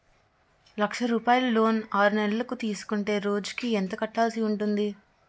లక్ష రూపాయలు లోన్ ఆరునెలల కు తీసుకుంటే రోజుకి ఎంత కట్టాల్సి ఉంటాది?